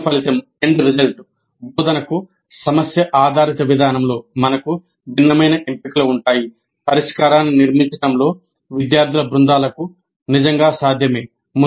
అంతిమ ఫలితం బోధనకు సమస్య ఆధారిత విధానంలో మనకు భిన్నమైన ఎంపికలు ఉంటాయి పరిష్కారాన్ని నిర్మించడంలో విద్యార్థుల బృందాలకు నిజంగా సాధ్యమే